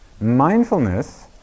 Mindfulness